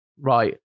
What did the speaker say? right